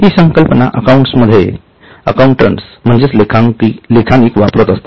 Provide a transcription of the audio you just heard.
हि संकल्पना अकाउंटंट्स म्हणजेच लेखानिक वापरत असतात